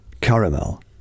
Caramel